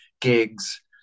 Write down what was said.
Gigs